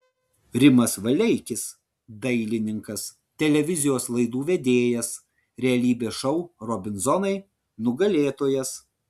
rimas valeikis dailininkas televizijos laidų vedėjas realybės šou robinzonai nugalėtojas